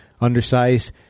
undersized